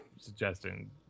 suggesting